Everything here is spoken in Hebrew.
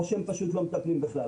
או שהם לא מטפלים בכלל.